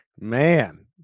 Man